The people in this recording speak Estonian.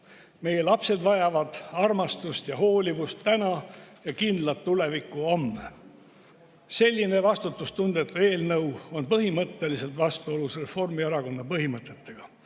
Meie lapsed vajavad armastust ja hoolivust täna ja kindlat tulevikku homme. Selline vastutustundetu eelnõu on põhimõtteliselt vastuolus Reformierakonna põhimõtetega.